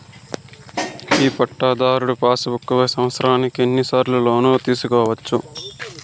ఒక పట్టాధారు passbook పై సంవత్సరానికి ఎన్ని సార్లు లోను తీసుకోవచ్చు?